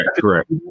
correct